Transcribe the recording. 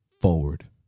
forward